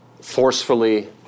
forcefully